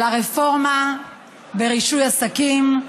על הרפורמה ברישוי עסקים.